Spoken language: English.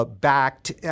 Backed